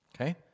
Okay